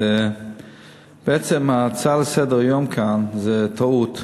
בעצם בהצעה לסדר-היום כאן יש טעות.